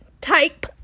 type